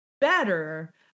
better